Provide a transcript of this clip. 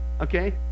Okay